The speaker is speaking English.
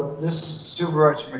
this supervisor